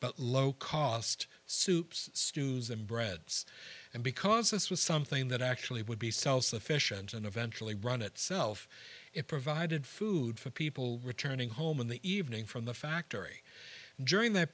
but low cost soups stews and breads and because this was something that actually would be self sufficient and eventually run itself it provided food for people returning home in the evening from the factory joining that